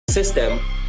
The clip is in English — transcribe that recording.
system